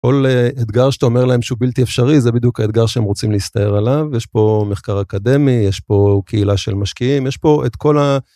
כל אתגר שאתה אומר להם שהוא בלתי אפשרי, זה בדיוק האתגר שהם רוצים להסתער עליו. יש פה מחקר אקדמי, יש פה קהילה של משקיעים, יש פה את כל ה...